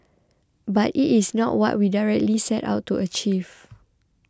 but it is not what we directly set out to achieve